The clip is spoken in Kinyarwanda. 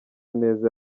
neza